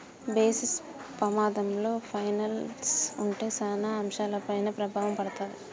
basis పమాధంలో finals ఉంటే సాన అంశాలపైన ప్రభావం పడతాది